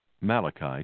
Malachi